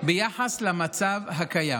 ביחס למצב הקיים.